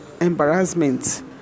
embarrassment